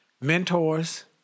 mentors